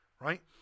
right